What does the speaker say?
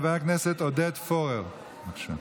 חבר הכנסת עודד פורר, בבקשה.